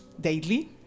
daily